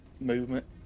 movement